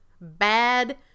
Bad